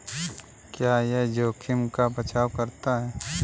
क्या यह जोखिम का बचाओ करता है?